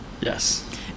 Yes